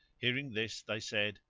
hearing this they said,